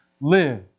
live